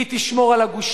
כי היא תשמור על הגושים,